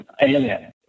Alien